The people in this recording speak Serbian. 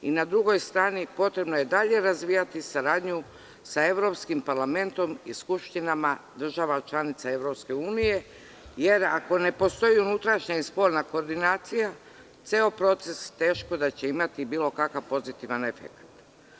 Na drugoj strani, potrebno je dalje razvijati saradnju sa Evropskim parlamentom i skupštinama država članica EU, jer ako ne postoji unutrašnja i spoljna koordinacija, ceo proces teško da će imati bilo kakav pozitivan efekat.